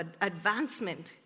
advancement